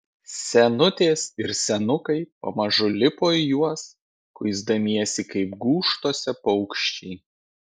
senutės ir senukai pamažu lipo į juos kuisdamiesi kaip gūžtose paukščiai